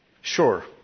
Sure